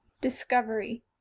DISCOVERY